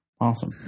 Awesome